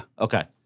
Okay